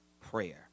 prayer